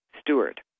Stewart